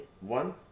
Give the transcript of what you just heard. One